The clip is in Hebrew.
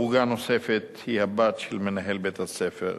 הרוגה נוספת היא הבת של מנהל בית-הספר.